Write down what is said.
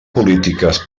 polítiques